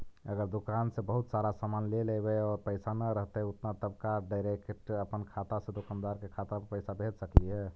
अगर दुकान से बहुत सारा सामान ले लेबै और पैसा न रहतै उतना तब का डैरेकट अपन खाता से दुकानदार के खाता पर पैसा भेज सकली हे?